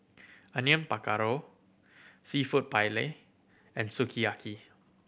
Onion Pakora Seafood Paella and Sukiyaki